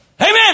Amen